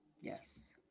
yes